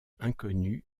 inconnu